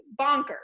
bonkers